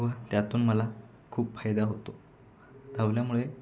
व त्यातून मला खूप फायदा होतो धावल्यामुळे